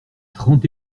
trente